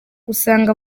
usanga